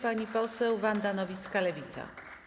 Pani poseł Wanda Nowicka, Lewica.